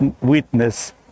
witness